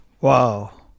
wow